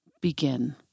begin